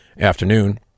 afternoon